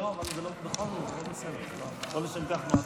(תיקון, מועדי תשלום דמי לידה),